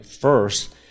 first